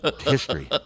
history